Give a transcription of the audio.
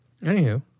anywho